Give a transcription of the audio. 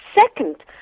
second